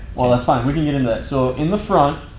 well, that's fine. we can get into that. so, in the front,